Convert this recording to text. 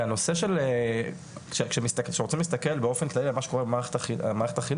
והנושא של כשרוצים להסתכל באופן כללי על מה שקורה במערכת החינוך,